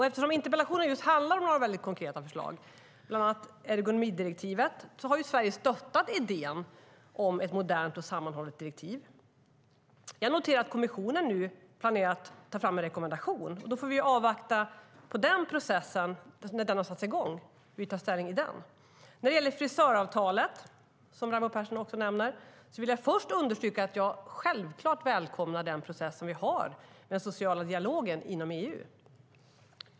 Eftersom interpellationen handlar om några väldigt konkreta förslag, bland annat ergonomidirektivet, har Sverige stöttat idén om ett modernt och sammanhållet direktiv. Jag noterar att kommissionen nu planerar att ta fram en rekommendation, och då får vi avvakta när den processen har satts i gång och hur vi ska ta ställning där. När det gäller frisöravtalet, som Raimo Pärssinen nämnde, vill jag understryka att jag självklart välkomnar den process vi har inom EU - den sociala dialogen.